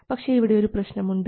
പക്ഷേ ഇവിടെ ഒരു പ്രശ്നമുണ്ട്